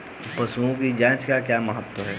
पशुओं की जांच का क्या महत्व है?